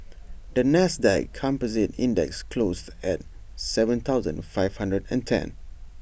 the Nasdaq composite index closed at Seven thousand five hundred and ten